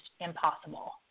impossible